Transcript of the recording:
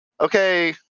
Okay